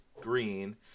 green